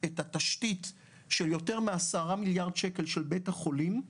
התשתית של יותר מעשרה מיליארד שקל של בית החולים,